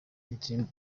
indirimbo